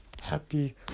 Happy